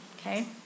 okay